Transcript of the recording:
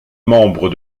membres